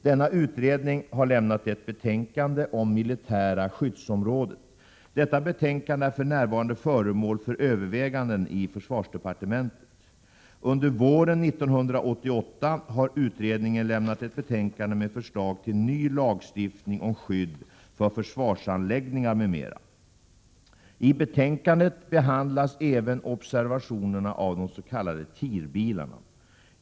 Denna utredning har lämnat ett betänkande om militära skyddsområden. Detta betänkande är för närvarande föremål för överväganden i försvarsdepartementet. Under våren 1988 har utredningen lämnat ett betänkande med förslag till ny lagstiftning om skydd för försvarsanläggningar m.m. I betänkandet behandlas även observationerna av de s.k. TIR-bilarna.